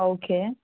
okay